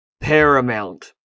Paramount